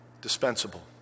dispensable